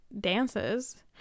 dances